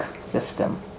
system